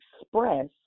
express